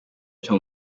cyo